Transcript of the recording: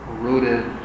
rooted